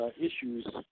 Issues